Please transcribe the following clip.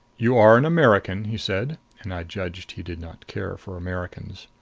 you are an american? he said, and i judged he did not care for americans.